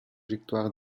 victoire